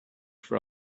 for